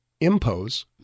impose